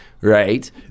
right